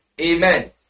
Amen